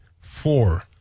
four